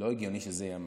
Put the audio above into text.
לא הגיוני שזה יהיה המחיר.